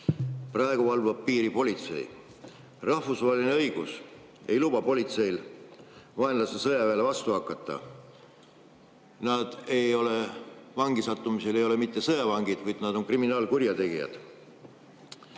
Praegu valvab piiri politsei. Rahvusvaheline õigus ei luba politseil vaenlase sõjaväele vastu hakata. Nad ei ole vangi sattumisel mitte sõjavangid, vaid nad on kriminaalkurjategijad.